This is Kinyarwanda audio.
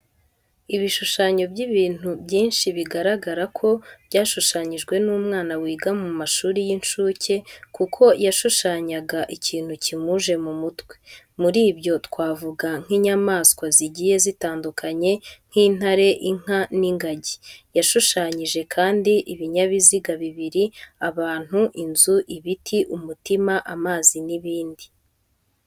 Ibishushanyo by'ibintu byinshi bigaragara ko byashushanyijwe n'umwana wiga mu mashuri y'incuke kuko yashushanyaga ikintu kimuje mu mutwe. Muri ibyo twavuga nk'inyamaswa zigiye zitandukanye nk'intare, inka n'ingagi. Yashushanyije kandi ibinyabiziga bibiri, abantu, inzu, Ibiti, umutima, amazi n'ibindi.